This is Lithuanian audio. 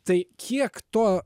tai kiek to